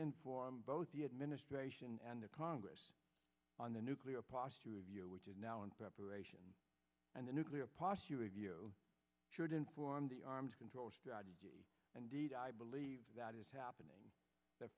inform both the administration and the congress on the nuclear posture review which is now in preparation and the nuclear posture review should inform the arms control strategy and deed i believe that is happening th